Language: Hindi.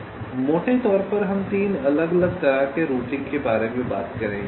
इसलिए मोटे तौर पर हम 3 अलग अलग तरह के रूटिंग के बारे में बात करेंगे